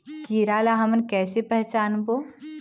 कीरा ला हमन कइसे पहचानबो?